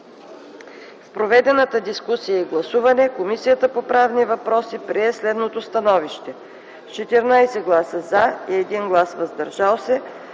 В проведената дискусия и гласуване, Комисията по правни въпроси прие следното становище: С 14 гласа „за”, и 1 глас „въздържал се”,